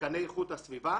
תקני איכות הסביבה